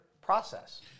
process